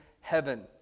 heaven